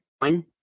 time